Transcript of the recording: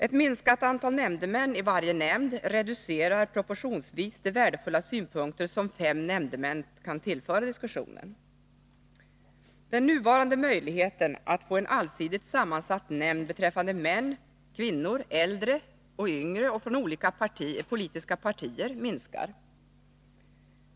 Ett minskat antal nämndemän i varje nämnd reducerar proportionsvis de värdefulla synpunkter som fem nämndemän kan tillföra diskussionen. Den nuvarande möjligheten att få en allsidigt sammansatt nämnd — en nämnd bestående av både män och kvinnor, äldre och yngre, och människor som representerar olika politiska partier — minskar.